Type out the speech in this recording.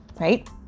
right